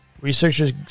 researchers